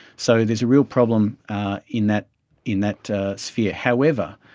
so there is a real problem in that in that sphere. however,